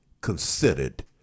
considered